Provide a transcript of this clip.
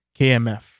KMF